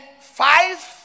five